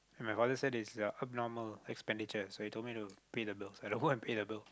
and my father said it's abnormal expenditure he told me to pay the bills so i don't want to pay the bill